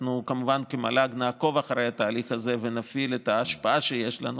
אנחנו כמובן כמל"ג נעקוב אחר התהליך הזה ונפעיל את ההשפעה שיש לנו,